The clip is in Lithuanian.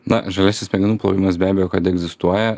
na žaliasis smegenų plovimas be abejo kad egzistuoja